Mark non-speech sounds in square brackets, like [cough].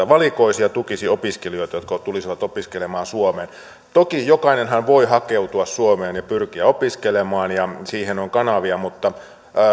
[unintelligible] valikoisi ja tukisi opiskelijoita jotka tulisivat opiskelemaan suomeen toki jokainenhan voi hakeutua suomeen ja pyrkiä opiskelemaan ja siihen on kanavia mutta